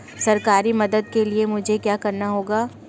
सरकारी मदद के लिए मुझे क्या करना होगा?